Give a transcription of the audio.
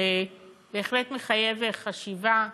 שבהחלט מחייב חשיבה מחודשת.